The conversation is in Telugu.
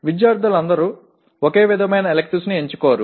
విద్యార్థులందరూ ఒకే విధమైన ఎలిక్టివ్స్ ని ఎంచుకోరు